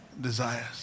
desires